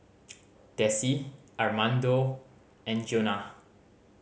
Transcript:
Dessie Armando and Jonah